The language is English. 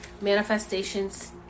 manifestations